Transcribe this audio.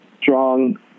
strong